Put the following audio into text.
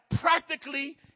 practically